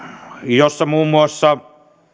jossa muun muassa